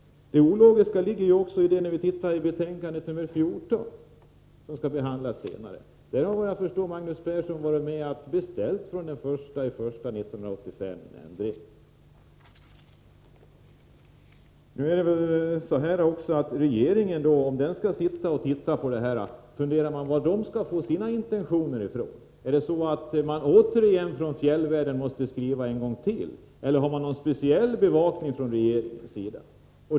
Det ologiska i detta sammanhang kommer också fram i bostadsutskottets betänkande 14 som skall behandlas senare. Där har, såvitt jag förstår, Magnus Persson varit med om att från den 1 januari 1985 beställa en ändring. Om regeringen skall se över detta undrar man varifrån den skall få sina intentioner. Är det så att man från fjällvärlden återigen måste skriva, eller förekommer det någon speciell bevakning från regeringens sida?